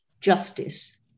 Justice